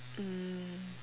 mm